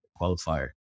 qualifier